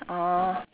ah